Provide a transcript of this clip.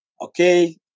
Okay